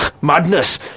madness